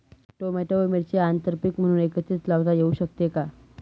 Tomato व मिरची आंतरपीक म्हणून एकत्रित लावता येऊ शकते का?